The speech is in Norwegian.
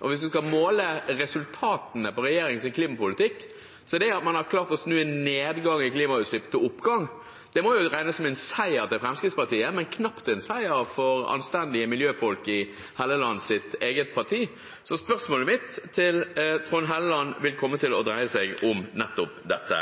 Hvis man skal måle resultatene av regjeringens klimapolitikk, er det at man har klart å snu en nedgang i klimagassutslippene til en oppgang. Det må jo regnes som en seier til Fremskrittspartiet, men knapt en seier for anstendige miljøfolk i Hellelands eget parti. Spørsmålet mitt til Trond Helleland vil dreie seg om nettopp dette.